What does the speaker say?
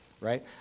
Right